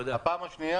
שנית,